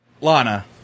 lana